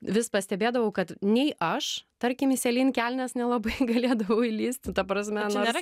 vis pastebėdavau kad nei aš tarkim į celine kelnes nelabai galėdavau įlįsti ta prasme nors